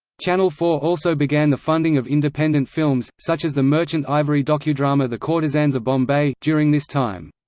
channel four also began the funding of independent films, such as the merchant-ivory docudrama the courtesans of bombay, during this time.